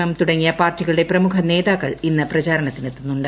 M തുടങ്ങിയ പാർട്ടികളുടെ പ്രമുഖ നേതാക്കൾ ഇന്ന് പ്രചാരണത്തിനെത്തുന്നുണ്ട്